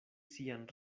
sian